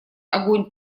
огонь